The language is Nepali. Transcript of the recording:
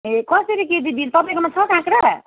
ए कसरी केजी दिन्छ तपाईँकोमा छ काँक्रा